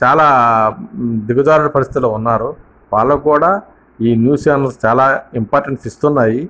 చాలా దిగజారిన పరిస్థితుల్లో ఉన్నారు వాళ్ళకి కూడా ఈ న్యూస్ ఛానల్స్ చాలా ఇంపార్టెన్స్ ఇస్తున్నాయి